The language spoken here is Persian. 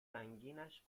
سنگیش